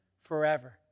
forever